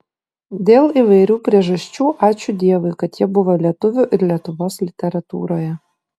dėl įvairių priežasčių ačiū dievui kad jie buvo lietuvių ir lietuvos literatūroje